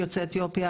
יוצאי אתיופיה,